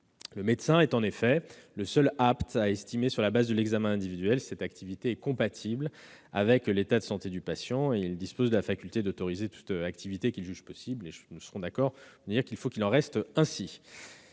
Le médecin est le seul apte à estimer, sur la base de l'examen individuel, si cette activité est compatible avec l'état de santé du patient, disposant de la faculté d'autoriser toute activité qu'il juge possible. Nous serons tous d'accord pour le dire : il faut qu'il en reste ainsi